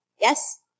yes